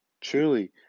truly